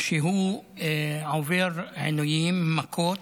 הוא עובר עינויים, מכות,